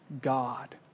God